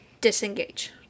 disengage